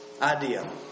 idea